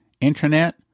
internet